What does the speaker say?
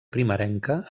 primerenca